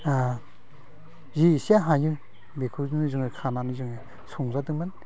जि एसे हायो बेखौनो जोङो खानानै जोङो संजादोंमोन